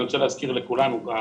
אני רוצה להזכיר לכולנו,